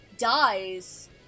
dies